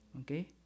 Okay